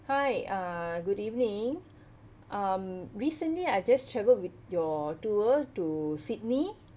hi uh good evening um recently I just traveled with your tour to sydney